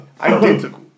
Identical